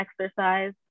exercise